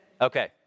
Okay